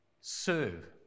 serve